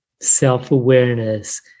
self-awareness